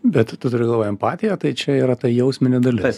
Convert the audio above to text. bet tu turi galvoj empatija tai čia yra jausminė dalis